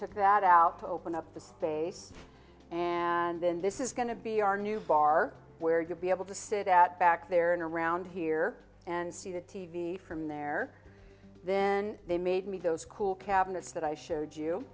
took that out to open up the space and then this is going to be our new bar where you'll be able to sit at back there and around here and see the t v from there then they made me those cool cabinets that i showed you